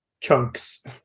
chunks